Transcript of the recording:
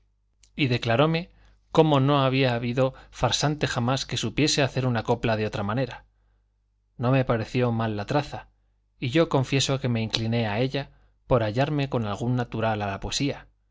y declaróme como no había habido farsante jamás que supiese hacer una copla de otra manera no me pareció mal la traza y yo confieso que me incliné a ella por hallarme con algún natural a la poesía